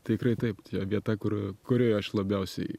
tikrai taip vieta kur kurioj aš labiausiai